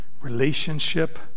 Relationship